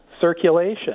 circulation